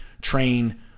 train